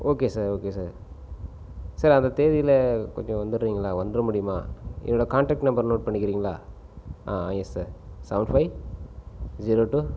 okay sir okay sir sir அந்த தேதியில் கொஞ்சம் வந்திடுறீங்களா வந்திர முடியுமா என்னோடய கான்டெக்ட் நம்பர் நோட் பண்ணிக்கிறீங்களா ஆ yes sir seven five zero two